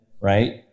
Right